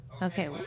Okay